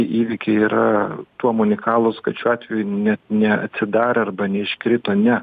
įvykiai yra tuom unikalūs kad šiuo atveju net neatsidarę arba neiškrito ne